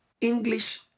English